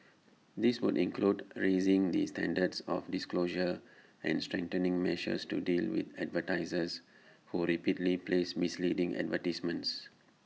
this would include raising the standards of disclosure and strengthening measures to deal with advertisers who repeatedly place misleading advertisements